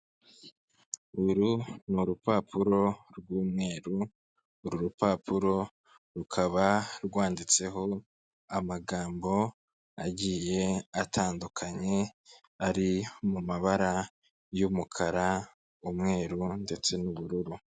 Uru ni urupapuro rw'umweru, uru rupapuro rukaba rwanditseho amagambo agiye atandukanye ari mu mabara y'umukara, umweru ndetse n'ubururu.